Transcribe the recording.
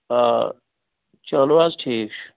آ چَلو حظ ٹھیٖک چھُ